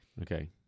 Okay